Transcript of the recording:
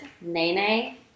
Nene